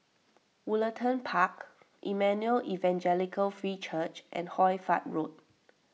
Woollerton Park Emmanuel Evangelical Free Church and Hoy Fatt Road